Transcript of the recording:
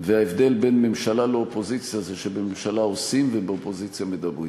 וההבדל בין ממשלה לאופוזיציה זה שבממשלה עושים ובאופוזיציה מדברים.